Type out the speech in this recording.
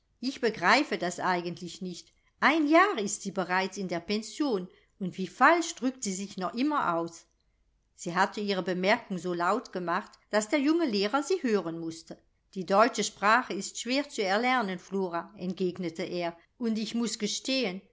ich begreife das eigentlich nicht ein jahr ist sie bereits in der pension und wie falsch drückt sie sich noch immer aus sie hatte ihre bemerkung so laut gemacht daß der junge lehrer sie hören mußte die deutsche sprache ist schwer zu erlernen flora entgegnete er und ich muß gestehen